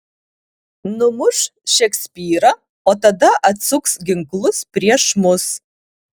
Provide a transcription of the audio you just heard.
numuš šekspyrą o tada atsuks ginklus prieš mus